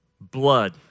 blood